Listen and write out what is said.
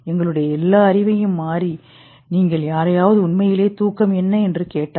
எங்களுடைய எல்லா அறிவையும் மீறி நீங்கள் யாரையாவது உண்மையிலேயே தூக்கம் என்ன என்று கேட்டால்